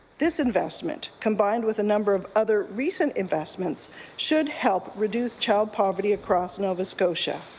this investment combined with a number of other recent investments should help reduce child poverty across nova scotia.